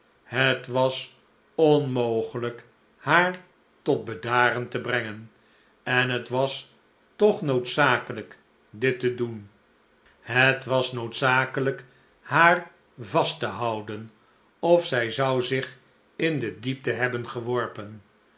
het was onmogelijk haar tot bedaren te brengen en het was toch noodzakelijk dit te doen het was noodzakelijk haar vast te houden of zij zou zich in de diepte hebben geworpen